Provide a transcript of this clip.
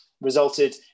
resulted